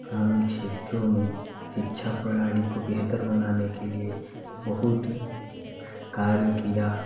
ग्रामीण क्षेत्रों में शिक्षा प्रणाली को बेहतर बनाने के लिए बहुत कार्य किया